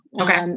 Okay